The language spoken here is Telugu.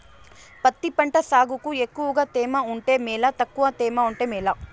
పత్తి పంట సాగుకు ఎక్కువగా తేమ ఉంటే మేలా తక్కువ తేమ ఉంటే మేలా?